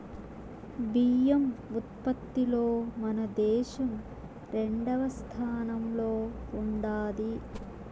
బియ్యం ఉత్పత్తిలో మన దేశం రెండవ స్థానంలో ఉండాది